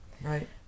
right